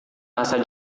bahasa